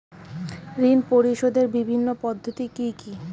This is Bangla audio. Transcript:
ঋণ পরিশোধের বিভিন্ন পদ্ধতি কি কি?